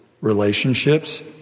relationships